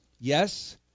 Yes